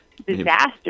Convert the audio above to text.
Disaster